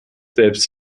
selbst